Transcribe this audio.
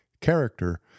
character